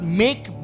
make